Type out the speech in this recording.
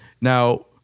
Now